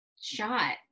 shot